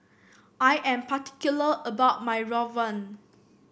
I am particular about my rawon